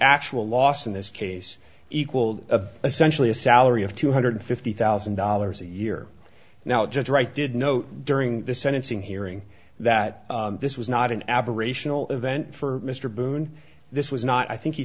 actual loss in this case equaled essentially a salary of two hundred fifty thousand dollars a year now judge wright did note during the sentencing hearing that this was not an aberrational event for mr boone this was not i think he